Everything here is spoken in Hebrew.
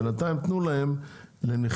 בינתיים תנו להם לנכים,